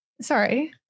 Sorry